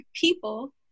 people